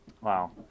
Wow